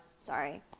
sorry